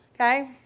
okay